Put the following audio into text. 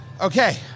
Okay